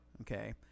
Okay